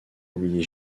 oublier